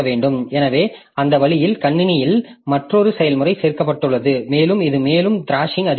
எனவே அந்த வழியில் கணினியில் மற்றொரு செயல்முறை சேர்க்கப்பட்டுள்ளது மேலும் இது மேலும் த்ராஷிங் அதிகரிக்கிறது